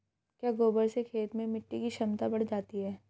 क्या गोबर से खेत में मिटी की क्षमता बढ़ जाती है?